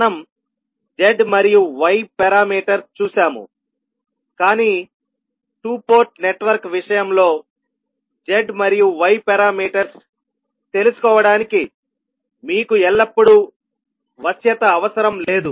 మనం z మరియు y parameters చూశాము కానీ 2 పోర్ట్ నెట్వర్క్ విషయంలో z మరియు y పారామీటర్స్ తెలుసుకోవడానికి మీకు ఎల్లప్పుడూ వశ్యత అవసరం లేదు